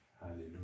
hallelujah